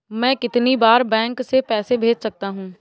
मैं कितनी बार बैंक से पैसे भेज सकता हूँ?